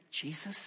Jesus